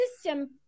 system